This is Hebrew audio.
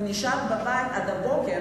נשאר בבית עד הבוקר,